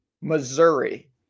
Missouri